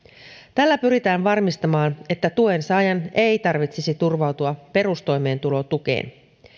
tällä pyritään varmistamaan että tuensaajan ei tarvitsisi turvautua perustoimeentulotukeen